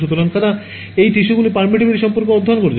সুতরাং তারা এই টিস্যুগুলির permittivity সম্পর্কে অধ্যয়ন করেছে